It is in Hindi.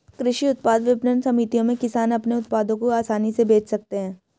कृषि उत्पाद विपणन समितियों में किसान अपने उत्पादों को आसानी से बेच सकते हैं